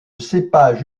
cépage